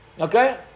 okay